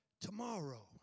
tomorrow